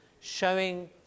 showing